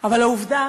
אבל העובדה